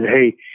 Hey